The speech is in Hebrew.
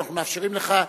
אנחנו מאפשרים לך.